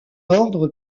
ordre